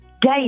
day